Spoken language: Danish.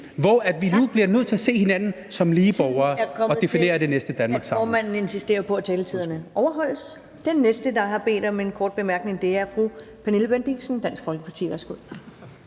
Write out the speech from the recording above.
Vi bliver nødt til at se hinanden som lige borgere og definere det næste Danmark sammen.